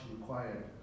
required